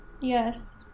Yes